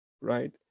right